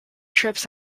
trips